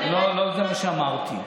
זה לא מה שאמרתי.